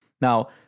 Now